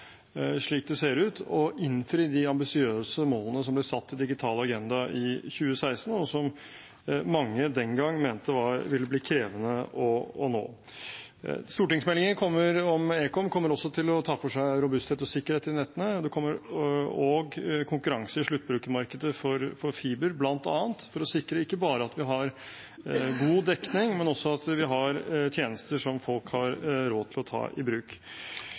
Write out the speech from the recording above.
slik det ser ut – å innfri de ambisiøse målene som ble satt i Digital agenda i 2016, og som mange den gangen mente ville bli krevende å nå. Stortingsmeldingen om ekom kommer også til å ta for seg robusthet og sikkerhet i nettene og konkurranse i sluttbrukermarkedet for fiber, bl.a., for å sikre ikke bare at vi har god dekning, men at vi har tjenester som folk har råd til å ta i bruk.